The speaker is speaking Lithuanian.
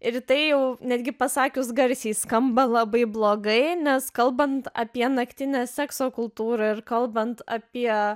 ir tai jau netgi pasakius garsiai skamba labai blogai nes kalbant apie naktinę sekso kultūrą ir kalbant apie